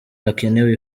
hakenewe